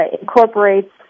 incorporates